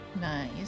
Nice